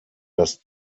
das